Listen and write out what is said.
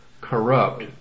corrupt